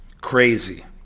Crazy